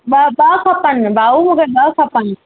ॿ ॿ खपनि भाऊ मूंखे ॿ खपनि